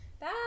Bye